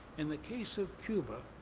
in the case of cuba,